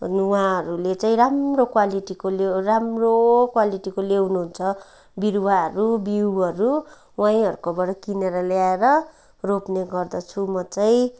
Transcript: अनि उहाँहरूले चाहिँ राम्रो क्वालिटीको लि राम्रो क्वालिटीको ल्याउनु हुन्छ बिरुवाहरू बिउहरू उहाँहरूकोबाट किनेर ल्याएर रोप्ने गर्दछु म चाहिँ